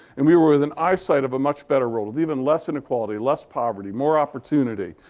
and we were were within eyesight of a much better world with even less inequality, less poverty, more opportunity,